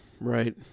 right